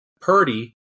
Purdy